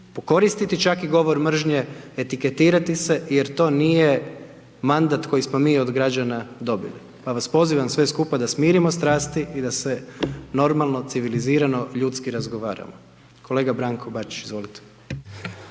pokoristiti čak i govor mržnje, etiketirati se jer to nije mandat koji smo mi od građana dobili, pa vas pozivam sve skupa da smirimo strasti i da se normalno, civilizirano ljudski razgovaramo. Kolega Branko Bačić, izvolite.